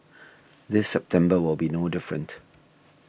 this September will be no different